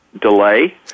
delay